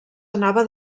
anava